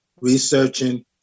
researching